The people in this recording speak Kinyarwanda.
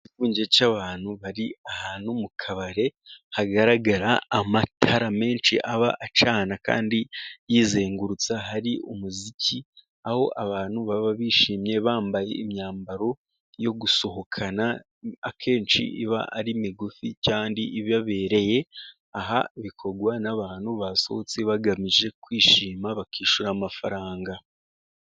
Ikivunge cy'abantu bari ahantu mu kabari, hagaragara amatara menshi aba acana kandi yizengutsa, hari umuziki aho abantu baba bishimye bambaye imyambaro yo gusohokana, akenshi iba ari migufi kandi ibabereye, aha bikorwa n'abantu basohotse bagamije kwishima bakishyura amafaranga.